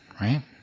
right